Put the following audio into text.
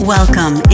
Welcome